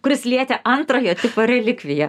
kuris lietė antrojo tipo relikviją